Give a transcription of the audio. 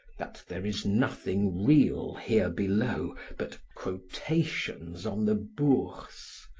that there is nothing real here below but quotations on the bourse,